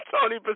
Tony